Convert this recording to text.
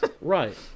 right